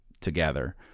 together